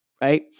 right